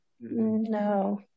No